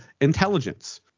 intelligence